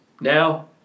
Now